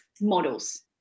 models